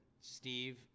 Steve